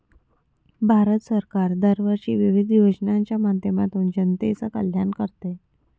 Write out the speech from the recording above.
भारत सरकार दरवर्षी विविध योजनांच्या माध्यमातून जनतेचे कल्याण करते